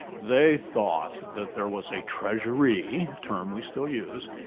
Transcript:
they thought that there was a treasury a term we still use,